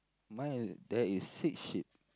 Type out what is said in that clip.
mine there is six sheep